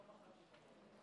חבריי חברי הכנסת,